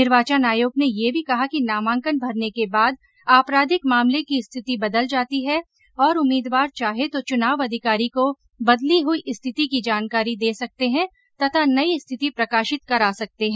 निर्वाचन आयोग ने यह भी कहा कि नामांकन भरने के बाद आपराधिक मामले की स्थिति बदल जाती है और उम्मीदवार चाहे तो चुनाव अधिकारी को बदली हुई स्थिति की जानकारी दे सकते हैं तथा नई स्थिति प्रकाशित करा सकते हैं